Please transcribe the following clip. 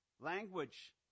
Language